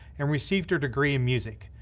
and received her degree in music,